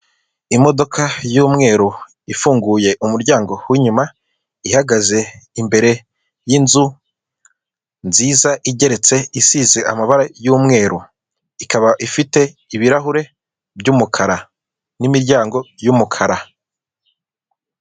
Imodoka y'umweru ifunguye umuryango winyuma, ihagaze imbere yinzu nziza igeretse isize amabara y'umweru ikaba ifite ibirahure by'umukara n'imiryango y'umukara.